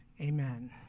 amen